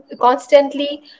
constantly